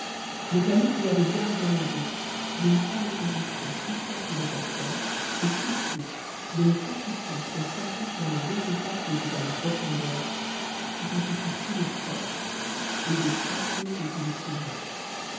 le calife lui avait bien recom mndé de n'y pas laisser entrer toute sorte de personnes et surtout de ne soucmr qu'on s'assit sur les deux sofas qui étaient à la porte en dehors qu't s fussent toujours propres et de châtier ceux qu'il y trouverait